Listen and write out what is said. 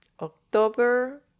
October